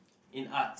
in art